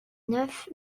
neuf